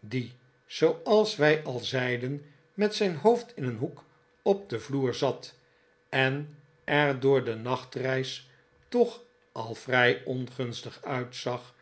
die zooals wij al zeiden met zijn hoofd in een hoek op den vloer zat en er door de nachtreis toch al vrij ongunstig uitzag